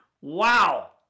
Wow